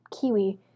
kiwi